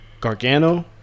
Gargano